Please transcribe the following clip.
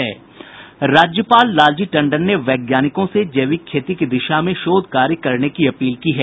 राज्यपाल लालजी टंडन ने वैज्ञानिकों से जैविक खेती की दिशा में शोध कार्य करने की अपील की है